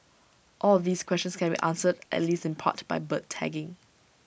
all of these questions can be answered at least in part by bird tagging